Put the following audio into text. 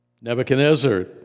Nebuchadnezzar